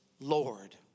Lord